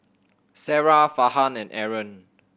Sarah Farhan and Aaron